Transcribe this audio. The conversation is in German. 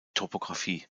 topographie